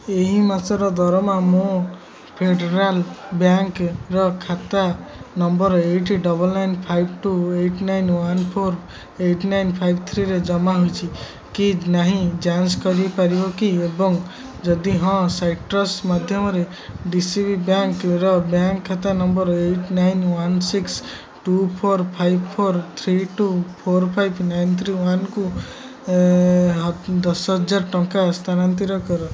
ଏହି ମାସର ଦରମା ମୋ ଫେଡ଼େରାଲ୍ ବ୍ୟାଙ୍କର ବ୍ୟାଙ୍କ ଖାତା number eight double nine five two eight nine one four eight nine five ଥ୍ରୀରେ ଜମା ହୋଇଛି କି ନାହିଁ ଯାଞ୍ଚ କରିପାରିବ କି ଏବଂ ଯଦି ହଁ ସାଇଟ୍ରସ୍ ମାଧ୍ୟମରେ ଡି ସି ବି ବ୍ୟାଙ୍କର ବ୍ୟାଙ୍କ ଖାତା number eight nine one six two four five four three two four five nine three ୱାନ୍କୁ ଦଶହଜାର ଟଙ୍କା ସ୍ଥାନାନ୍ତରିତ କର